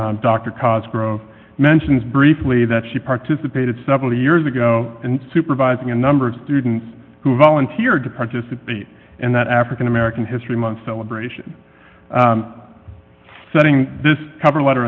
dr cause grow mentions briefly that she participated several years ago and supervising a number of students who volunteered to participate and that african american history month celebration setting this cover letter